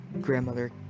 Grandmother